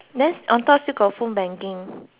got phone banking